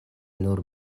nur